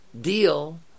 deal